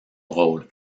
drôle